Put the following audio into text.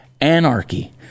anarchy